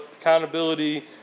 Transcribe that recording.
accountability